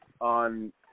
on